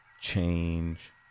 change